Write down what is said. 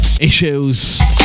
Issues